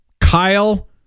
Kyle